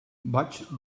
vaig